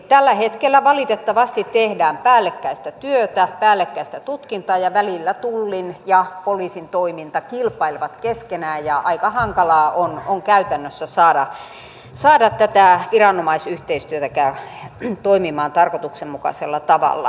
tällä hetkellä valitettavasti tehdään päällekkäistä työtä päällekkäistä tutkintaa ja välillä tullin ja poliisin toiminta kilpailevat keskenään ja aika hankalaa on käytännössä saada tätä viranomaisyhteistyötäkään toimimaan tarkoituksenmukaisella tavalla